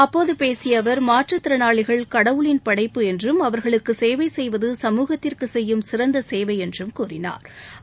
அப்போது பேசிய அவர் மாற்று திறனாளிகள் கடவுளின் படைப்பு என்றும் அவர்களுக்கு சேவை செய்வது சமூகத்திற்கு செய்யும் சிறந்த சேவை என்று கூறினாா்